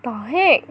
the heck